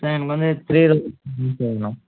sir எனக்கு வந்து Three Roses தான் சார் வேணும்